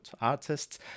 artists